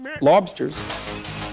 Lobsters